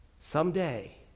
Someday